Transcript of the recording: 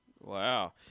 Wow